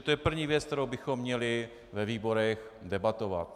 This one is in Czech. To je první věc, kterou bychom měli ve výborech debatovat.